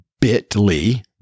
bitly